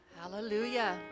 hallelujah